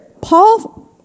Paul